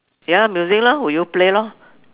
ya music lah will you play lor